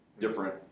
different